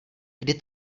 kdy